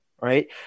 right